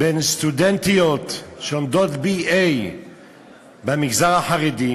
בין סטודנטיות שלומדות ל-BA במגזר החרדי,